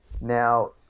Now